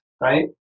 right